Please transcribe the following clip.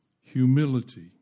Humility